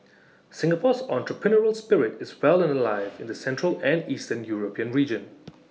Singapore's entrepreneurial spirit is well and alive in the central and eastern european region